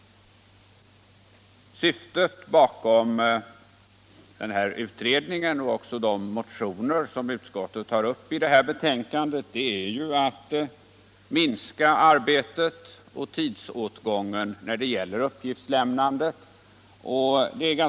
Syftet med den här utredningen och även med de motioner som utskottet tar upp i detta betänkande är ju att minska arbetet med och tidsåtgången för uppgiftslämnandet.